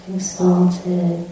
exalted